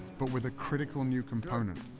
but with a critical new component.